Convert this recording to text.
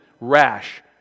rash